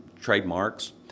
trademarks